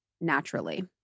naturally